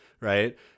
right